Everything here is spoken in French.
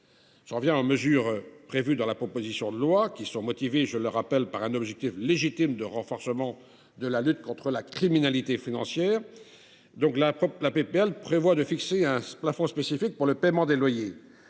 J’en viens aux mesures prévues dans la proposition de loi, qui sont fondées sur un objectif légitime de renforcement de la lutte contre la criminalité financière. Le texte prévoit d’abord de fixer un plafond spécifique pour le paiement des loyers.